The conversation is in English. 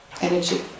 energy